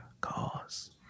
Cause